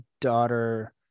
daughter